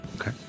Okay